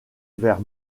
vers